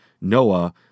Noah